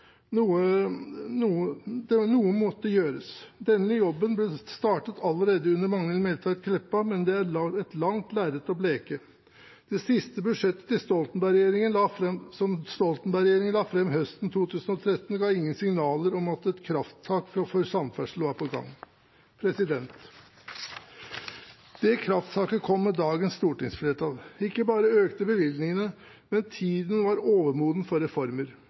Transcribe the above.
Noe måtte gjøres. Denne jobben ble startet allerede under Magnhild Meltveit Kleppa, men det er et langt lerret å bleke. Det siste budsjettet Stoltenberg-regjeringen la fram høsten 2013, ga ingen signaler om at et krafttak for samferdsel var på gang. Det krafttaket kom med dagens stortingsflertall. Ikke bare økte bevilgningene, men tiden var overmoden for reformer.